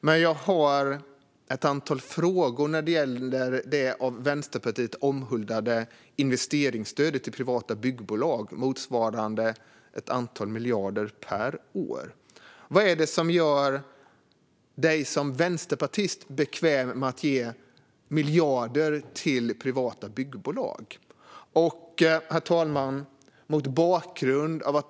Men jag har ett antal frågor när det gäller det av Vänsterpartiet omhuldade investeringsstödet till privata byggbolag, motsvarande ett antal miljarder per år. Vad är det som gör dig som vänsterpartist bekväm med att ge miljarder till privata byggbolag, Jon Thorbjörnson?